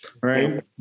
right